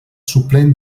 suplent